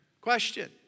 Question